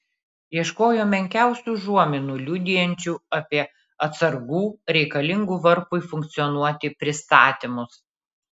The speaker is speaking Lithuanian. ieškojo menkiausių užuominų liudijančių apie atsargų reikalingų varpui funkcionuoti pristatymus